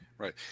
Right